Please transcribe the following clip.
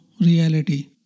reality